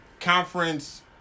conference